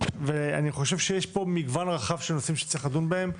אני חושב שיש פה מגוון רחב של נושאים שצריך לדון בהם.